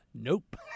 nope